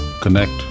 connect